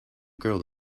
girl